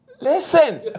Listen